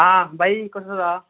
आं भाई कसो आसा